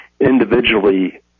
individually